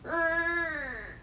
hmm